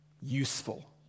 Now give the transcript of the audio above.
useful